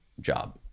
job